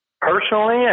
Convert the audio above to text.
Personally